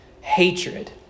hatred